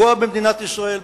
לפגוע במדינת ישראל,